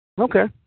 Okay